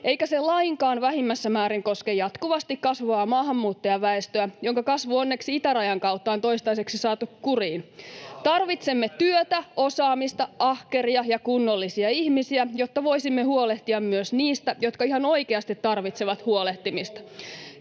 eikä se lainkaan vähimmässä määrin koske jatkuvasti kasvavaa maahanmuuttajaväestöä, jonka kasvu onneksi itärajan kautta on toistaiseksi saatu kuriin. [Juho Eerola: Hyvä, hallitus, tärkeää!] Tarvitsemme työtä, osaamista, ahkeria ja kunnollisia ihmisiä, jotta voisimme huolehtia myös niistä, jotka ihan oikeasti tarvitsevat huolehtimista.